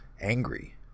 angry